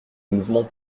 mouvement